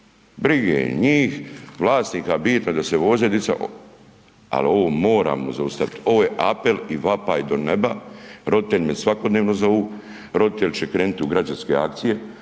Brige njih vlasnika bitno je da se vozaju dica. Ali ovo moramo zaustaviti, ovo je apel i vapaj do neba. Roditelji me svakodnevno zovu, roditelji će krenuti u građanske akcije.